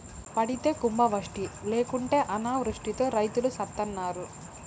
పడితే కుంభవృష్టి లేకుంటే అనావృష్టితో రైతులు సత్తన్నారు